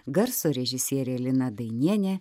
garso režisierė lina dainienė